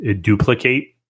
duplicate